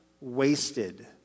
wasted